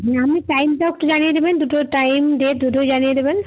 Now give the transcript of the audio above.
হ্যাঁ আপনি টাইমটাও একটু জানিয়ে দেবেন দুটোর টাইম ডেট দুটোই জানিয়ে দেবেন